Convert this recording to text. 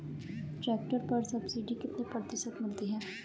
Tractor पर subsidy कितने प्रतिशत मिलती है?